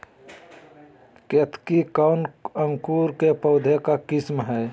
केतकी कौन अंकुर के पौधे का किस्म है?